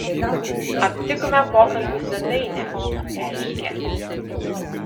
aptikome pokalbių svetainę pareiškė